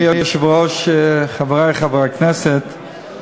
אדוני היושב-ראש, חברי חברי הכנסת,